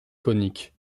conique